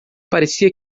parecia